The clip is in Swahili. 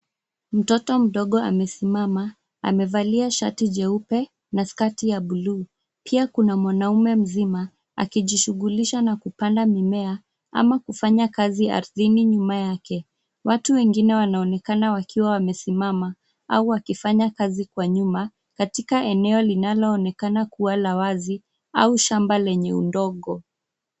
Mtoto mdogo amesimama, amevalia shati jeupe na skati y a bluu. Pia, kuna mwanaume mzima akijishugjulisha na kupanda mimea ama kufanya kazi ardhini nyuma yake. Watu wengine wanaonekana wakiwa wamesimama au wakifanya kazi kwa nyuma katika eneo linaloonekana kuwa la wazi au shamba lenye udongo.